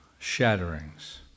Shatterings